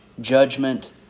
judgment